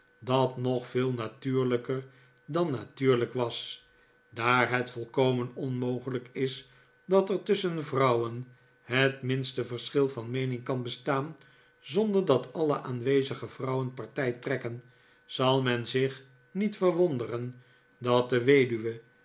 dat nog veel natuurlijker dan natuurlijk was daar het volkomen onmogelijk is dat er tusschen vrouwen het minste verschil van meening kan bestaan zonder dat alle aanwezige vrouwen partij trekken zal men zich niet verwonderen dat de weduwe